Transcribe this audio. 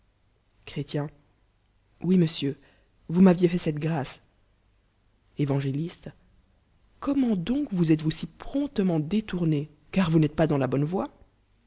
oui nlodsieur vous m'avicz fait cette grâce artngéli'sle comment donc vous étes-vous si promptement délowué ear vous n'êtes pas dans la bonne voie